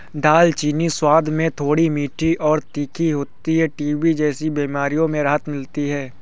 दालचीनी स्वाद में थोड़ी मीठी और तीखी होती है टीबी जैसी बीमारियों में राहत मिलती है